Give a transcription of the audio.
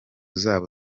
zabo